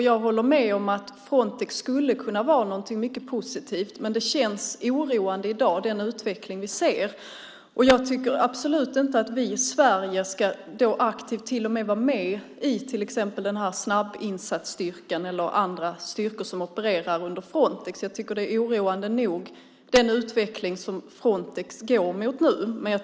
Jag håller med om att Frontex skulle kunna vara någonting mycket positivt. Men den utveckling vi i dag ser känns oroande. Jag tycker absolut inte att vi i Sverige aktivt till och med ska vara med i snabbinsatsstyrkan eller andra styrkor som opererar under Frontex. Den utveckling som Frontex nu går mot är oroande nog.